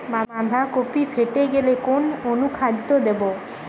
বাঁধাকপি ফেটে গেলে কোন অনুখাদ্য দেবো?